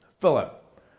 Philip